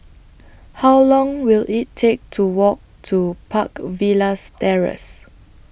How Long Will IT Take to Walk to Park Villas Terrace